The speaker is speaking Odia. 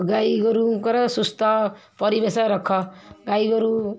ଗାଈଗୋରୁଙ୍କର ସୁସ୍ଥ ପରିବେଶ ରଖ ଗାଈଗୋରୁ